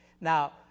Now